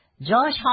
Josh